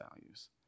values